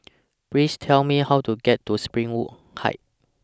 Please Tell Me How to get to Springwood Heights